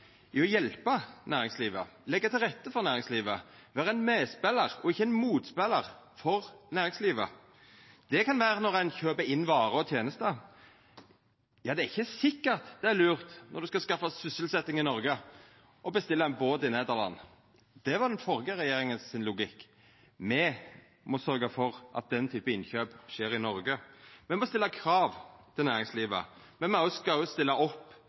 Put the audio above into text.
i å hjelpa næringslivet, leggja til rette for næringslivet, vera ein medspelar og ikkje ein motspelar for næringslivet. Det kan vera slik at når ein kjøper inn varer og tenester, er det ikkje sikkert det er lurt når ein skal skapa sysselsetjing i Noreg, å bestilla båt i Nederland. Det var logikken til den førre regjeringa. Me må sørgja for at den type innkjøp skjer i Noreg. Me må stilla krav til næringslivet, men me skal òg stilla opp